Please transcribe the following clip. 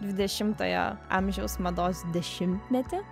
dvidešimtojo amžiaus mados dešimtmetį